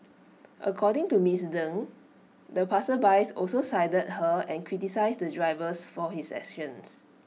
according to miss Deng the passersby also sided her and criticised the drivers for his actions